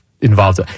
Involved